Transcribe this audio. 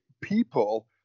people